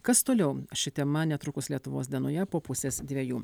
kas toliau ši tema netrukus lietuvos dienoje po pusės dvejų